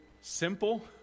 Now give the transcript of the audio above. simple